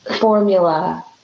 formula